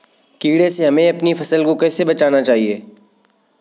कीड़े से हमें अपनी फसल को कैसे बचाना चाहिए?